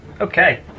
Okay